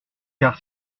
car